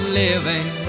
living